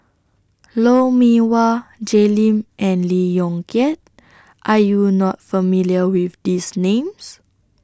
Lou Mee Wah Jay Lim and Lee Yong Kiat Are YOU not familiar with These Names